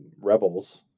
rebels